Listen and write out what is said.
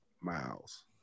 Miles